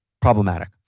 problematic